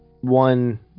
one